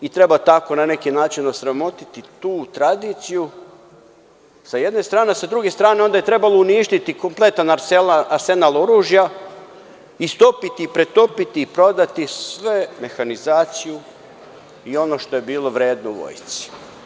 I treba tako na neki način osramotiti tu tradiciju sa jedne strane, a sa druge strane je trebalo uništiti kompletan arsenal oružja i stopi i pretopiti i prodati svu mehanizaciju i ono što je bilo vredno u vojsci.